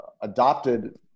adopted